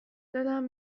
دلم